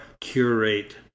curate